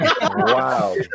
Wow